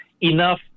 enough